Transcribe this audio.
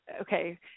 okay